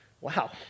Wow